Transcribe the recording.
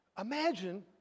Imagine